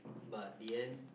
but in the end